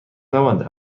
نمانده